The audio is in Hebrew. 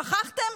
שכחתם?